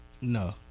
No